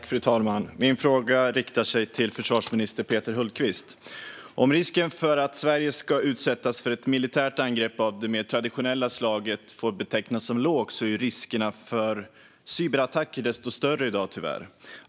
Fru talman! Jag riktar min fråga till försvarsminister Peter Hultqvist. Om risken för att Sverige ska utsättas för ett militärt angrepp av det mer traditionella slaget får betecknas som låg är riskerna för cyberattacker i dag tyvärr desto större.